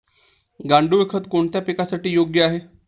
गांडूळ खत कोणत्या पिकासाठी योग्य आहे?